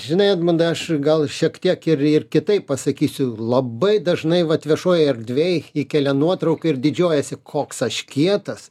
žinai edmundai aš gal šiek tiek ir ir kitaip pasakysiu labai dažnai vat viešojoj erdvėj įkelia nuotrauką ir didžiuojasi koks aš kietas